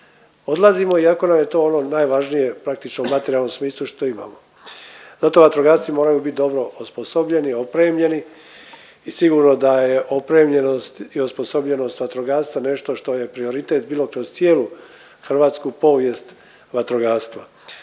odlazimo iako nam je to ono najvažnije praktično u materijalnom smislu što imamo. Zato vatrogasci moraju bit dobro osposobljeni, opremljeni i sigurno da je opremljenost i osposobljenost vatrogastva nešto što je prioritet, bilo kroz cijelu hrvatsku povijest vatrogastva.